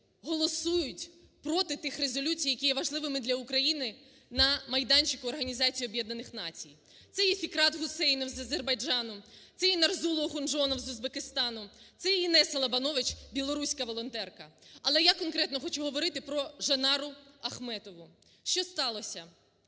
голосують проти тих резолюцій, які є важливими для України на майданчику Організації Об'єднаних Націй. Це і Фікрат Гусейнов з Азербайджану, це і Нарзулло Охунжонов з Узбекистану, це і Інесса Лабанович, білоруська волонтерка. Але я конкретно хочу говорити про Жанару Ахметову. Що сталося?